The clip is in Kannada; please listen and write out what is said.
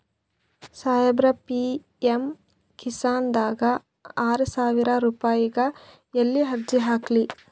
ಸಾಹೇಬರ, ಪಿ.ಎಮ್ ಕಿಸಾನ್ ದಾಗ ಆರಸಾವಿರ ರುಪಾಯಿಗ ಎಲ್ಲಿ ಅರ್ಜಿ ಹಾಕ್ಲಿ?